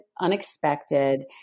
unexpected